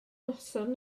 noson